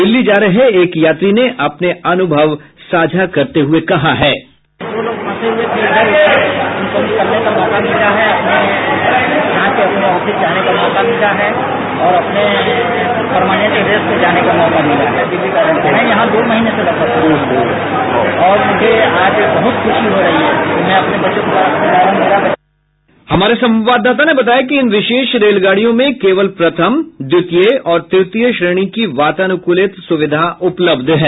दिल्ली जा रहे एक यात्री ने अपने अनुभव साझा करते हुये कहा बाइट हमारे संवाददाता ने बताया कि इन विशेष रेलगाड़ियों में केवल प्रथम द्वितीय और तृतीय श्रेणी की वातानुकूलित सुविधा उपलब्ध है